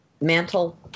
Mantle